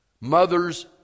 Mothers